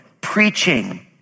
preaching